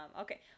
okay